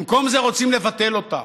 במקום זה רוצים לבטל אותה.